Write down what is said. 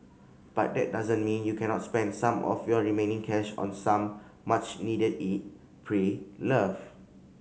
but that doesn't mean you cannot spend some of your remaining cash on some much needed eat pray love